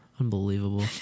Unbelievable